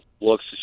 looks